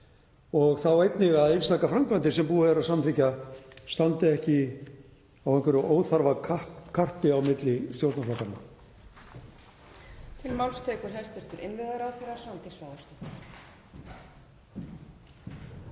og þá einnig að einstakar framkvæmdir sem búið er að samþykkja strandi ekki á einhverju óþarfakarpi á milli stjórnarflokkanna.